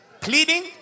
pleading